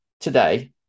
Today